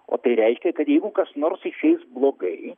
o tai reiškia kad jeigu kas nors išeis blogai